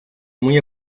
muy